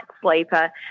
sleeper